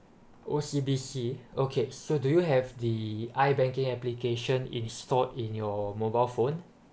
O_C_B_C okay so do you have the i banking application installed in your mobile phone